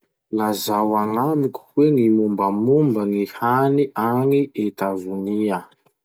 Laza agnamiko hoe gny mombamomba gny hany agny Etazonia?